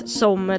som